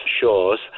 Shores